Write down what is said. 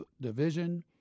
division